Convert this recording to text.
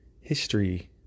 history-